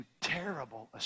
terrible